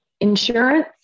insurance